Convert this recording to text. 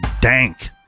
dank